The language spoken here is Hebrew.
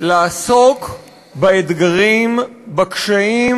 לעסוק באתגרים, בקשיים